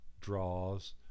draws